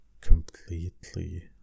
completely